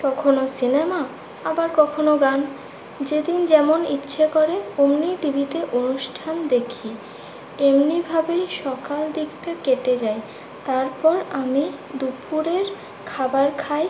কখনও সিনেমা আবার কখনও গান যেদিন যেমন ইচ্ছে করে ওমনি টি ভিতে অনুষ্ঠান দেখি এমনিভাবেই সকালের দিকটা কেটে যায় তারপর আমি দুপুরের খাবার খাই